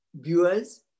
viewers